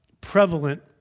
prevalent